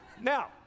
Now